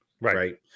right